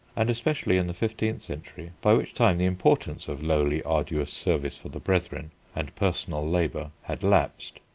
and, especially in the fifteenth century, by which time the importance of lowly, arduous service for the brethren and personal labour had lapsed,